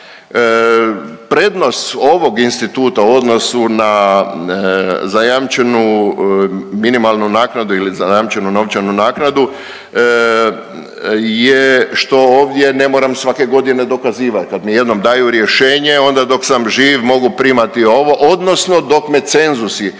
Prednost ovog instituta u odnosu na ZMN ili zajamčenu novčanu naknadu, je što ovdje ne moram svake godine dokazivati, kad mi jednom daju rješenje, onda dok sam živ mogu primati ovo, odnosno dok me cenzusi,